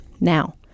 now